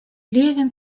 левин